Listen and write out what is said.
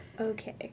Okay